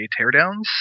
teardowns